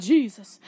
Jesus